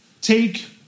take